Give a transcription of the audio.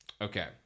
Okay